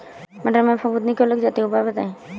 मटर में फफूंदी क्यो लग जाती है उपाय बताएं?